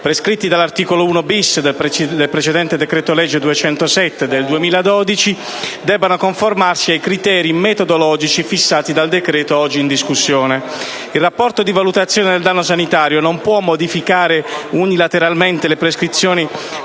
prescritti dall'articolo 1-*bis* del decreto-legge 3 dicembre 2012, n. 207, debbano conformarsi ai criteri metodologici fissati dal decreto-legge oggi in discussione. Il rapporto di valutazione del danno sanitario non può modificare unilateralmente le prescrizioni